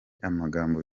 amagambo